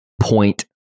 point